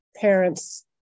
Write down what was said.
parents